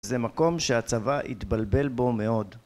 זה מקום שהצבא התבלבל בו מאוד.